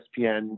ESPN